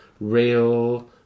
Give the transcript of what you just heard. real